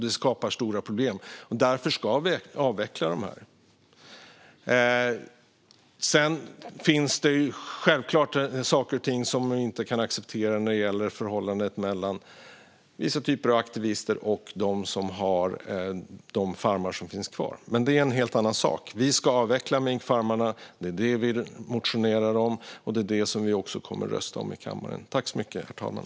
Detta skapar stora problem, och därför ska vi avveckla minkfarmerna. Det finns självklart saker och ting vi inte kan acceptera när det gäller förhållandet mellan vissa typer av aktivister och de farmer som finns kvar, men det är en helt annan sak. Vi ska avveckla minkfarmerna - det är det vi motionerar om, och det är det vi kommer att rösta för i kammaren.